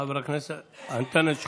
חבר הכנסת אנטאנס שחאדה,